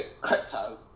crypto